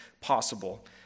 possible